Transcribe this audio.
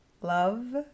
Love